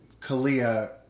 Kalia